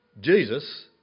Jesus